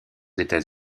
états